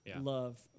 love